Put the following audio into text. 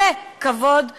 זה כבוד לאומי.